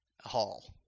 Hall